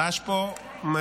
הרעש פה מדהים.